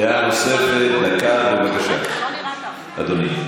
דעה נוספת, דקה, בבקשה, אדוני.